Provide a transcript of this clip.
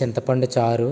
చింతపండు చారు